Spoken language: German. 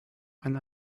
eine